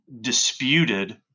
disputed